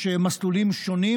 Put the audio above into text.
יש מסלולים שונים,